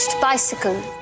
bicycle